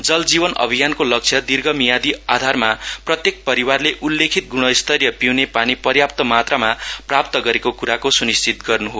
जल जीवन अभियानको लक्ष्य दिर्घमियादी आधारमा प्रत्येक परिवारले उल्लेखित गुणस्तरीय पिउने पानी पयाप्तमात्रमा प्राप्त गरेको कुराको सुनिश्चित गर्नु हो